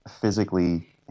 physically